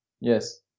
Yes